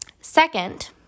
Second